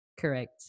correct